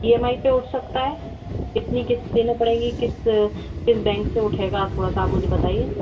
इ M I पे उठ सकता है कितनी क़िश्त देनी पड़ेंगी किस किस बैंक से उठेगा थोड़ा सा आप मुझे बताइए